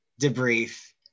debrief